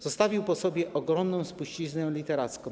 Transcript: Zostawił po sobie ogromną spuściznę literacką.